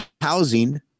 housing